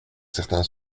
certain